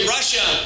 Russia